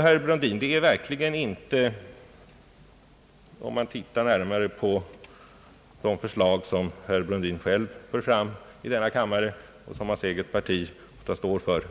Herr Brundin, det är verkligen inte om man tittar närmare på de förslag som herr Brundin själv för fram i denna kammare och som hans eget parti står för,